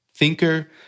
Thinker